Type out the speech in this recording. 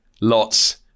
lots